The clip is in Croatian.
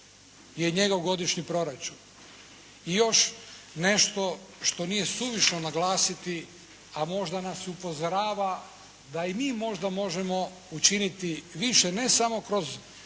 I još nešto što nije suvišno naglasiti a možda nas upozorava da i mi možda možemo učiniti više ne samo kroz